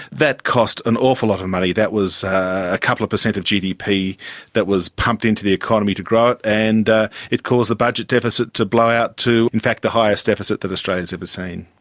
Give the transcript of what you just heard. that cost an awful lot of money. that was a couple of percent of gdp that was pumped into the economy to grow it, and it caused the budget deficit to blow out to in fact the highest deficit that australia has ever seen.